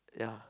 yeah